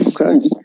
Okay